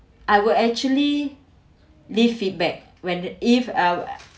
I will actually leave feedback when if uh